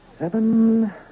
Seven